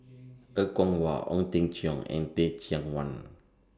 Er Kwong Wah Ong Teng Cheong and Teh Cheang Wan